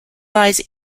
lies